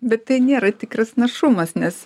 bet tai nėra tikras našumas nes